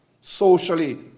socially